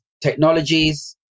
technologies